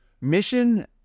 Mission